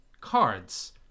cards